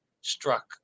struck